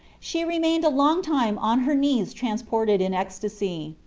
she remained a long time on her knees transported in ecstasy.